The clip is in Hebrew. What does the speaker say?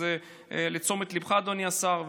אז לתשומת ליבך, אדוני השר.